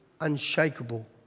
unshakable